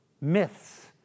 myths